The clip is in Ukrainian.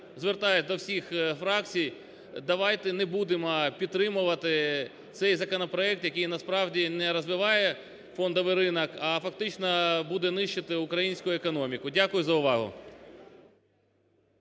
звертаюсь до всіх фракцій, давайте не будемо підтримувати цей законопроект, який, насправді, не розвиває фондовий ринок, а фактично буде нищити українську економіку. Дякую за увагу.